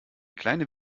kleine